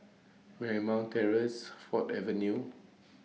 Marymount Terrace Ford Avenue